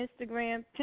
Instagram